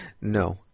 No